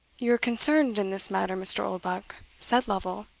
you are concerned in this matter, mr. oldbuck, said lovel,